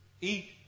Eat